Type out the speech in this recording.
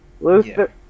Luther